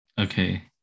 Okay